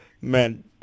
Man